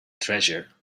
treasure